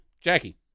Jackie